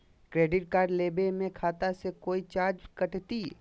Credit card लेवे में खाता से कोई चार्जो कटतई?